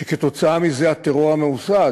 וכתוצאה מזה הטרור הממוסד,